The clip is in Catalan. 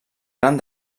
gran